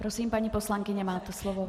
Prosím, paní poslankyně, máte slovo.